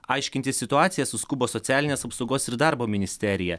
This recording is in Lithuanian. aiškinti situaciją suskubo socialinės apsaugos ir darbo ministerija